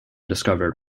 discovered